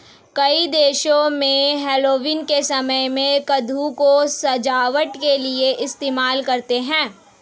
कई देशों में हैलोवीन के समय में कद्दू को सजावट के लिए इस्तेमाल करते हैं